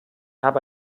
habe